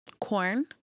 Corn